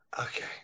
Okay